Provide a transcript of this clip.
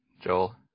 joel